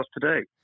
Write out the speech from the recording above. today